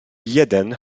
jeden